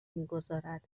میگذارد